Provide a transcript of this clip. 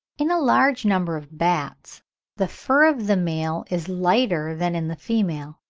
in a large number of bats the fur of the male is lighter than in the female.